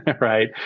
right